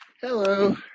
Hello